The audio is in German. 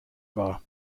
war